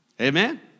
Amen